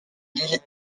l’île